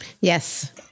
Yes